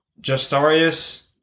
Justarius